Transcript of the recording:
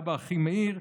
אב"א אחימאיר,